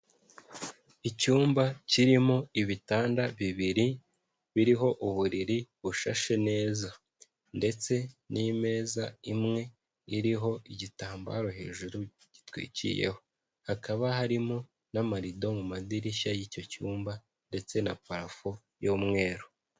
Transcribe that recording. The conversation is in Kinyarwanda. Icyumba kirimo ibitanda bibiri biriho uburiri bushashe neza ndetse n'imeza imwe iriho igitambaro hejuru gitwikiyeho, hakaba harimo n'amarido mu madirishya y'icyo cyumba ndetse na parafo y'umweru.